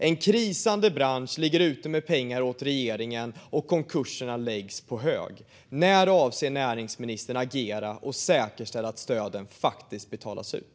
En krisande bransch ligger ute med pengar åt regeringen, och konkurserna läggs på hög. När avser näringsministern att agera och säkerställa att stöden faktiskt betalas ut?